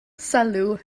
sylw